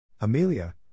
Amelia